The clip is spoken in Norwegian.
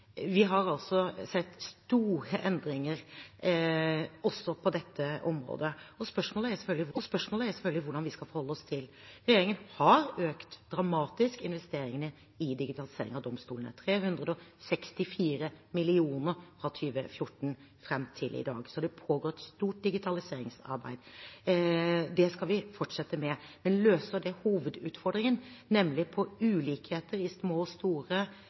Vi har altså sett store endringer også på dette området, og spørsmålet er selvfølgelig hvordan vi skal forholde oss til det. Regjeringen har økt dramatisk investeringene i digitalisering av domstolene – 364 mill. kr fra 2014 og fram til i dag – så det pågår et stort digitaliseringsarbeid. Det skal vi fortsette med. Men løser det hovedutfordringen, nemlig ulikheter i små og store